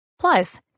Plus